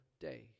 day